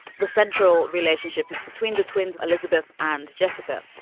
the central relationship between the twins, elizabeth and jessica,